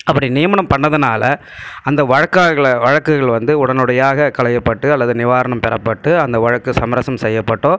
அப்படி நியமனம் பண்ணதுனால் அந்த வழக்கார்களை வழக்குகள் வந்து உடனுடையாக களையப்பட்டு அல்லது நிவாரணம் பெறப்பட்டு அந்த வழக்கு சமரசம் செய்யப்பட்டோ